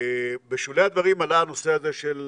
בשולי הדברים עלה הנושא הזה של